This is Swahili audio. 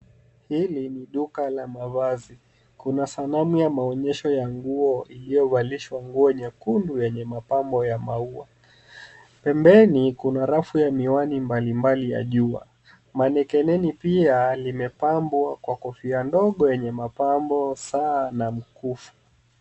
Hili ni duka la mavazi. Kuna sanamu ya maonyesho ya nguo iliyovalishwa nguo nyekundu yenye mapambo ya maua. Pembeni kuna rafu ya miwani mbali mbali ya jua. Manekeneni pia limepambwa kwa kofia ndogo, yenye mapambo sawa na mkufu.